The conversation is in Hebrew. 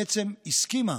בעצם הסכימה